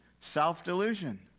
self-delusion